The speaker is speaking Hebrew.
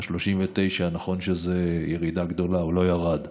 ה-39, נכון שזאת ירידה גדולה, הוא לא ירד.